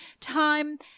time